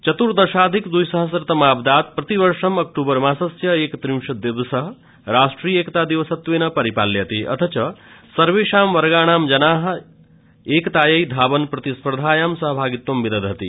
चतुर्दशाधिक द्रिसहस्व तमाब्दात् प्रतिवर्षम् अक्तूबर मासस्य एकत्रिंशद्दिनाङ्क राष्ट्रियैकता दिवसत्वेन परिपाल्यते अथ च सर्वेषां वर्गाणां जनाः एकताये धावनप्रतिस्पर्धायां सहभागित्वं विदधति